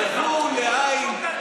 הלכו לאין,